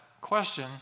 question